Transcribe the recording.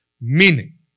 Meaning